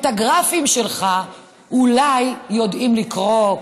את הגרפים שלך אולי יודעים לקרוא,